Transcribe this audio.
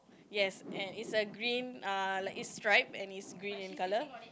yes and is a green err like it's stripe and it's green in colour